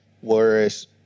Whereas